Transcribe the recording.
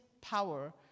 power